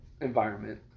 environment